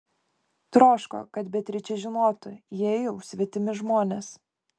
troško kad beatričė žinotų jie jau svetimi žmonės